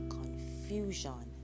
confusion